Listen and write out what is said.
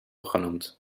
genoemd